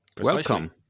Welcome